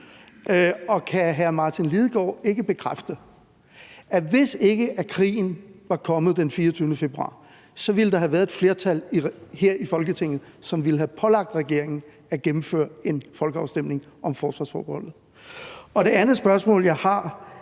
Kan hr. Martin Lidegaard ikke bekræfte, at hvis ikke krigen var kommet den 24. februar, så ville der have været et flertal her i Folketinget, som ville have pålagt regeringen at gennemføre en folkeafstemning om forsvarsforbeholdet? Det andet spørgsmål, jeg har,